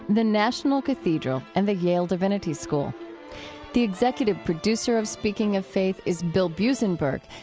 the national cathedral, and the yale divinity school the executive producer of speaking of faith is bill buzenberg,